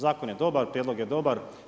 Zakon je dobar, prijedlog je dobar.